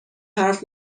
حرف